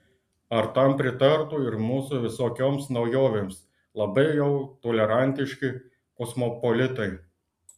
ar tam pritartų ir mūsų visokioms naujovėms labai jau tolerantiški kosmopolitai